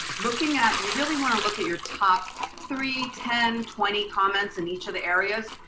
looking at, you really wanna look at your top three, ten, twenty comments in each of the areas,